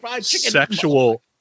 sexual